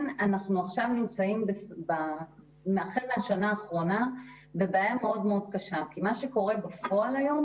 ואכן החל מהשנה האחרונה אנחנו נמצאים בבעיה מאוד קשה כי בפועל היום